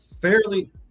fairly